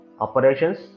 operations